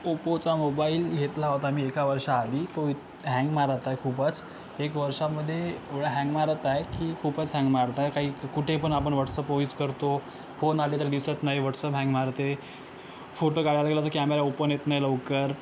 ओप्पोचा mobile घेतला होता मी एका वर्षाआधी तो इत हँग मारत आहे खूपच एक वर्षामध्ये हँग मारत आहे की खूपच हँग मारत आहे काही कुठे पण आपण व्हाटसप यूज करतो फोन आले तर दिसत नाही व्हाटसॅप हँग मारते फोटो काढायला गेलं तर कॅमेरा ओपन होत नाही लवकर